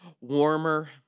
warmer